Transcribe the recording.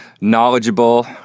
knowledgeable